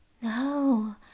No